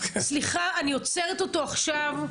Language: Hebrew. מיותר ואני עוצרת אותו עכשיו.